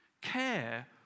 Care